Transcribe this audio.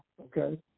okay